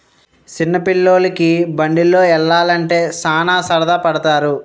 చిన్న పిల్లోలికి బండిలో యల్లాలంటే సాన సరదా పడతారు